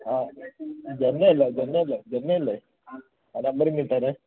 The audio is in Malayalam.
ആഹ് ഗംഗയല്ലേ ഗംഗയല്ലേ ഗംഗയല്ലേ ആഹ് നമ്പറിങ് ഇട്ടേക്കൂ